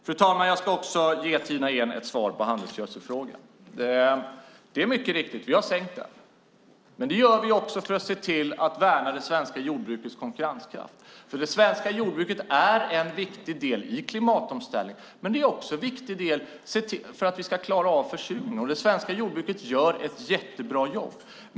Fru ålderspresident! Jag ska också ge Tina Ehn ett svar på handelsgödselfrågan. Det är mycket riktigt. Vi har sänkt skatten. Det gör vi för att värna det svenska jordbrukets konkurrenskraft. För det svenska jordbruket är en viktig del i klimatomställningen. Men det är också en viktig del för att vi ska klara av försurningen. Det svenska jordbruket gör ett jättebra jobb.